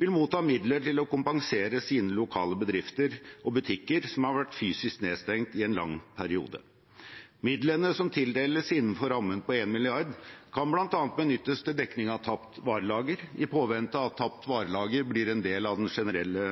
vil motta midler til å kompensere sine lokale bedrifter og butikker som har vært fysisk nedstengt i en lang periode. Midlene som tildeles innenfor rammen på 1 mrd. kr, kan bl.a. benyttes til dekning av tapt varelager i påvente av at tapt varelager blir en del av den generelle